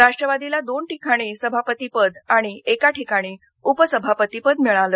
राष्ट्रवादीला दोन ठिकाणी सभापतीपद आणि एका ठिकाणी उपसभापतीपद मिळालं